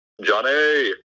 Johnny